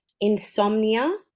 insomnia